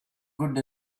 good